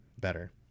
better